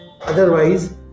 otherwise